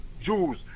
jews